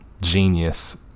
genius